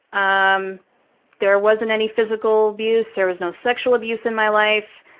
um there wasn't any physical abuse. there was no sexual abuse in my life.